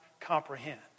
comprehend